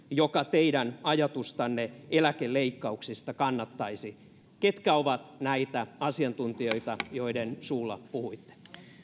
joka teidän ajatustanne eläkeleikkauksista kannattaisi ketkä ovat näitä asiantuntijoita joiden suulla puhuitte